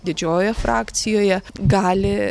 didžiojoje frakcijoje gali